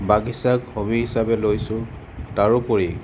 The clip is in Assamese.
বাগিছাক হবি হিচাপে লৈছোঁ তাৰোপৰি